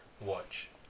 watch